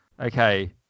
Okay